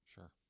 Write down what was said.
Sure